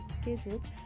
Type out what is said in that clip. scheduled